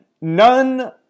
None